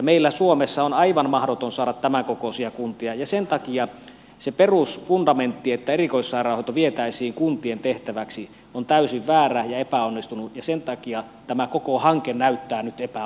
meillä suomessa on aivan mahdotonta saada tämänkokoisia kuntia ja sen takia se perusfundamentti että erikoissairaanhoito vietäisiin kuntien tehtäväksi on täysin väärä ja epäonnistunut ja sen takia tämä koko hanke näyttää nyt epäonnistuvan